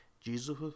Jesus